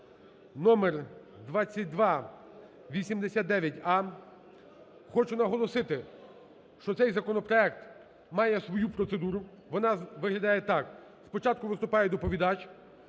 (номер 2289а). Хочу наголосити, що цей законопроект має свою процедуру. Вона виглядає так. Спочатку виступає доповідач,